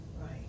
Right